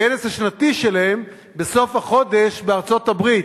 בכנס השנתי שלהם בסוף החודש בארצות-הברית.